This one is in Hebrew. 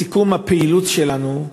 בסיכום הפעילות שלנו,